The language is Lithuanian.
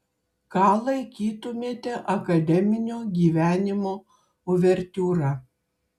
ką laikytumėte akademinio gyvenimo uvertiūra